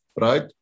right